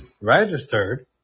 registered